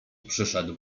przyszedł